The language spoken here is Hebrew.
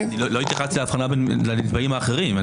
לא התייחסתי להבחנה בין הנתבעים האחרים.